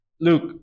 Luke